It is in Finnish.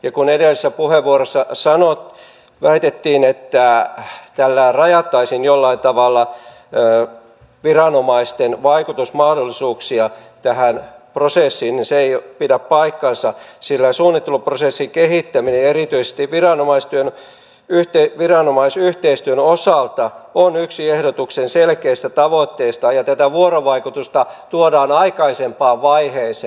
ja kun edellisessä puheenvuorossa väitettiin että tällä rajattaisiin jollain tavalla viranomaisten vaikutusmahdollisuuksia tähän prosessiin niin se ei pidä paikkaansa sillä suunnitteluprosessin kehittäminen erityisesti viranomaisyhteistyön osalta on yksi ehdotuksen selkeistä tavoitteista ja tätä vuorovaikutusta tuodaan aikaisempaan vaiheeseen